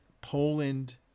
Poland